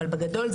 בגדול,